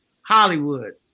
Hollywood